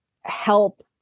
help